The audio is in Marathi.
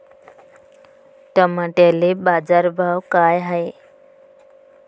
टमाट्याले बाजारभाव काय हाय?